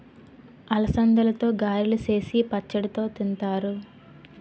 అలసందలతో గారెలు సేసి పచ్చడితో తింతారు